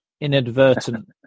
inadvertent